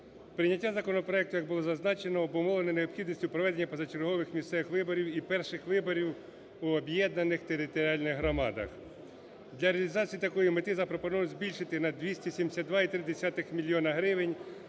Прийняття законопроекту, як було зазначено, обумовлене необхідністю проведення позачергових місцевих виборів і перших виборів у об'єднаних територіальних громадах. Для реалізації такої мети запропоновано збільшити на 272,3 мільйони